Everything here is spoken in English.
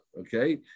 Okay